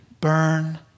Burn